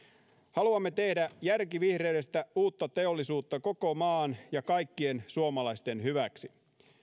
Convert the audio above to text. haluamme tehdä järkivihreydestä uutta teollisuutta koko maan ja kaikkien suomalaisten hyväksi